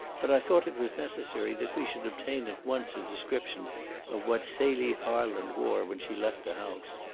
but i thought it was necessary that we should obtain at once a description of what celie harland wore when she left the house.